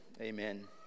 Amen